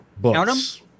books